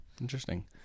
interesting